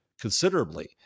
considerably